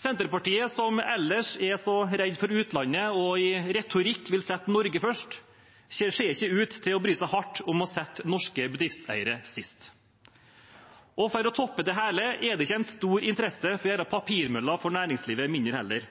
Senterpartiet, som ellers er så redd for utlandet og i retorikk vil sette Norge først, ser ikke ut til å bry seg så hardt om å sette norske bedriftseiere sist. For å toppe det hele er det heller ikke stor interesse for å gjøre papirmølla for næringslivet mindre